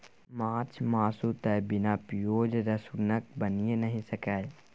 माछ मासु तए बिना पिओज रसुनक बनिए नहि सकैए